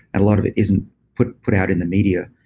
and a lot of it isn't put put out in the media.